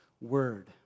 word